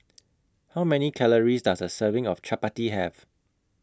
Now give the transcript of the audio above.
How Many Calories Does A Serving of Chappati Have